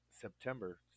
September